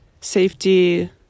safety